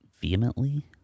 vehemently